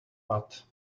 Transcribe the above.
but